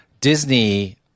Disney